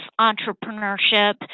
entrepreneurship